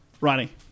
Ronnie